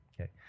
okay